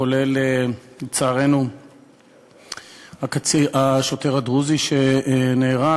כולל לצערנו השוטר הדרוזי שנהרג,